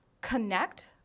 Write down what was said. connect